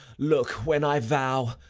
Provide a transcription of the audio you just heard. look when i vow,